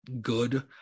good